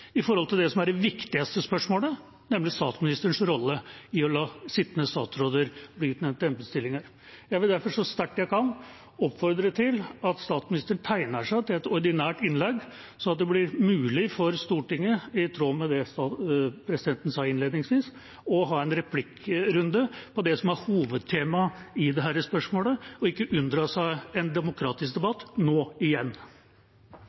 det som er det viktigste spørsmålet, nemlig statsministerens rolle i å la sittende statsråder blir utnevnt til embetsstillinger. Jeg vil derfor, så sterkt jeg kan, oppfordre til at statsministeren tegner seg til et ordinært innlegg, sånn at det blir mulig for Stortinget, i tråd med det som presidenten sa innledningsvis, å ha en replikkrunde på det som er hovedtemaet i dette spørsmålet – ikke unndra seg en demokratisk debatt nå igjen.